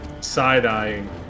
side-eyeing